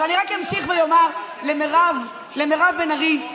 אני רק אמשיך ואומר למירב בן ארי,